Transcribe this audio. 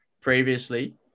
previously